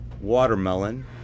watermelon